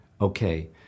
Okay